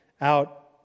out